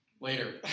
later